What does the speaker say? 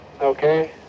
Okay